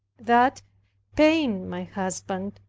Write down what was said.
that pained my husband,